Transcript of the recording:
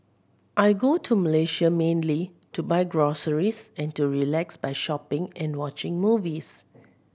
I go to Malaysia mainly to buy groceries and to relax by shopping and watching movies